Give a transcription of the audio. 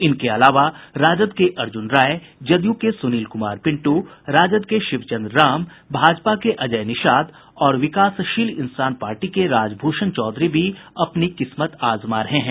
इनके अलावा राजद के अर्जुन राय जदयू के सुनील कुमार पिंटू राजद के शिवचंद्र राम भाजपा के अजय निषाद और विकासशील इंसान पार्टी के राजभूषण चौधरी की भी किस्मत दांव पर है